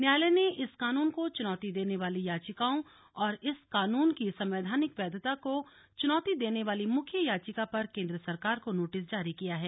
न्यायालय ने इस कानून को चुनौती देने वाली याचिकाओं और इस कानून की संवैधानिक वैधता को चुनौती देने वाली मुख्य याचिका पर केन्द्र सरकार को नोटिस जारी किया है